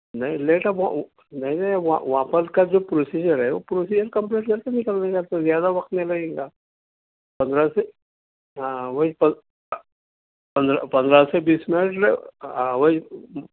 نہیں لیٹ آ وہ نہیں نہیں وہاں وہاں پر کا جو پروسیجر ہے وہ پروسیجر کمپلیٹ کر کے نکل لیں گے زیادہ وقت نہیں لگے گا پندرہ سے ہاں وہی پندرہ پندرہ سے بیس منٹ ہاں وہی